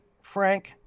Frank